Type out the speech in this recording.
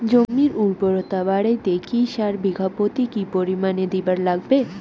জমির উর্বরতা বাড়াইতে কি সার বিঘা প্রতি কি পরিমাণে দিবার লাগবে?